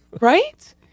Right